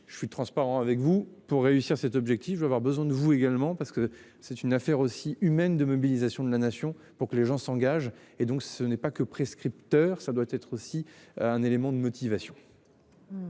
je suis transparent avec vous, pour réussir cet objectif je vais avoir besoin de vous également parce que c'est une affaire aussi humaine de mobilisation de la nation pour que les gens s'engage et donc ce n'est pas que prescripteur. Ça doit être aussi un élément de motivation.